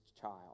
child